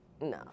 No